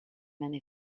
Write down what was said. many